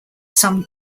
some